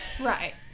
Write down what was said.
Right